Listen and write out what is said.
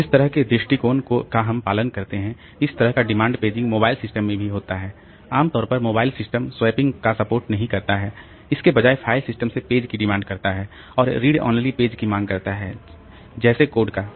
तो जिस तरह के दृष्टिकोण का हम पालन करते हैं इसी तरह का डिमांड पेजिंग मोबाइल सिस्टम में भी होता है आमतौर पर मोबाइल सिस्टम स्वैपिंग को सपोर्ट नहीं करता है इसके बजाय फाइल सिस्टम से पेज की डिमांड करता है और रीड ओनली पेज की मांग करता है जैसे कोड का